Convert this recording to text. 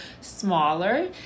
smaller